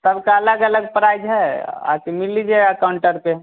सब का अलग अलग प्राइज है आ कर मिल लीजिएगा काउंटर पर